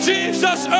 Jesus